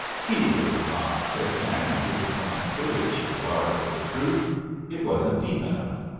he would not! said sammy with punctilious regard for the truth it wasn't deep enough.